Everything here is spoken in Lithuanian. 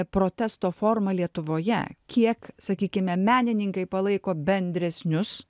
protesto forma lietuvoje kiek sakykime menininkai palaiko bendresnius